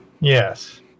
Yes